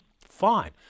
fine